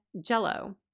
Jello